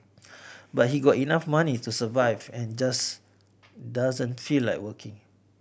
but he got enough money to survive and just doesn't feel like working